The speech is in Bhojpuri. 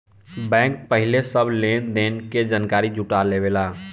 बैंक पहिले सब लेन देन के जानकारी जुटा लेवेला